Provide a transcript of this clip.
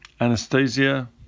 Anastasia